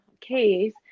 case